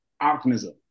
optimism